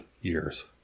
years